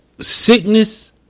sickness